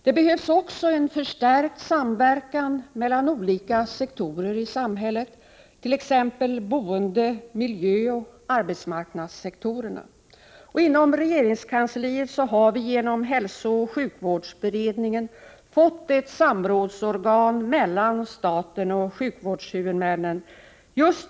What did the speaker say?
Det behövs också en förstärkt samverkan mellan olika sektorer i samhället, t.ex. boende-, miljöoch arbetsmarknadssektorerna. Inom regeringskansliet har vi genom hälsooch sjukvårdsberedningen fått ett organ för samråd mellan staten och sjukvårdshuvudmännen.